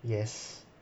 yes